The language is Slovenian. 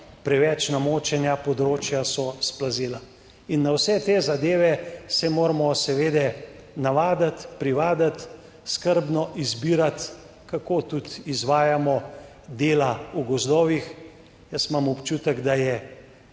preveč namočenja, področja so splazila in na vse te zadeve se moramo seveda navaditi, privaditi, skrbno izbirati, kako tudi izvajamo dela v gozdovih. Jaz imam občutek, da je